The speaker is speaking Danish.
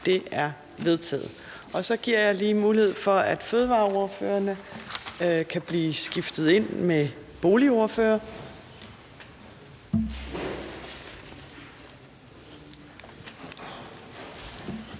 Det er vedtaget. Så giver jeg lige mulighed for, at fødevareordførerne kan blive skiftet ind med boligordførerne.